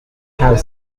have